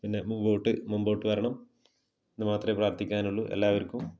പിന്നെ മുമ്പോട്ട് മുമ്പോട്ട് വരണം എന്ന് മാത്രമേ പ്രാർത്ഥിക്കാനുള്ളു എല്ലാവർക്കും